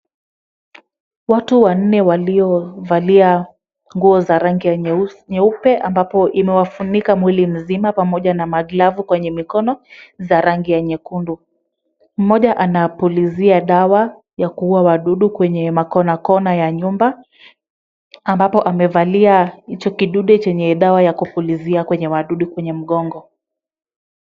Watu wanne waliovalia nguo za rangi ya nyeupe ambapo imewafunika mwili mzima pamoja na maglavu kwenye za rangi ya nyekundu. Mmoja anapulizia dawa ya kuua wadudu kwenye makonakona ya nyumba ambapo amevalia hicho kidude chenye dawa ya kupulizia kwenye wadudu kwenye mgongo.